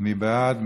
מי בעד?